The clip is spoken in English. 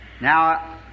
Now